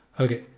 Okay